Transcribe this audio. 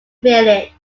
village